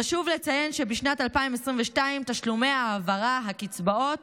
חשוב לציין שבשנת 2022 תשלומי ההעברה, הקצבאות,